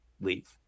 leave